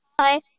Hi